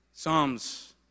Psalms